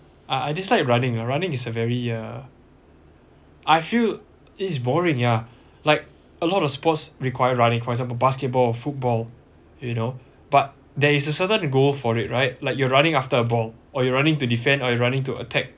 I I dislike running ah running is a very uh I feel is boring ya like a lot of sports require running for example basketball or football you know but there is a certain goal for it right like you're running after a ball or you running to defend or running to attack